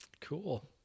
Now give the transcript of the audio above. Cool